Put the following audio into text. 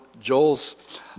Joel's